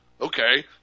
okay